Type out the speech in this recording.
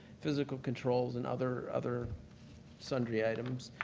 physical controls, and other other sundry items.